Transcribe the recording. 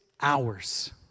hours